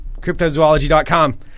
Cryptozoology.com